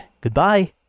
Goodbye